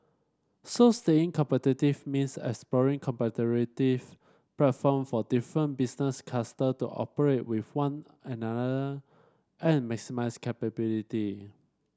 so staying competitive means exploring cooperative platform for different business cluster to cooperate with one another and maximise capability